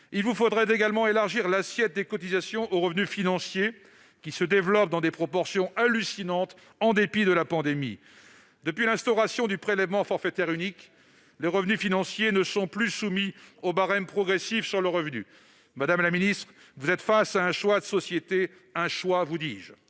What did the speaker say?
Il vous faudrait également élargir l'assiette des cotisations aux revenus financiers, qui se développent dans des proportions hallucinantes en dépit de la pandémie. Or, depuis l'instauration du prélèvement forfaitaire unique, ceux-ci ne sont plus soumis au barème progressif de l'impôt sur le revenu. Madame la ministre, vous êtes face à un choix de société : un choix, vous dis-je